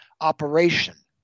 operation